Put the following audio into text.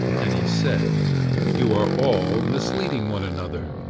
and he said you are all misleading one another,